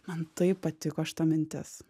man taip patiko šita mintis